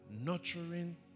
nurturing